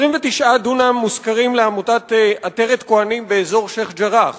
29 דונם מושכרים לעמותת "עטרת כוהנים" באזור שיח'-ג'ראח.